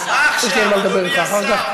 יש לי על מה לדבר אתך אחר כך.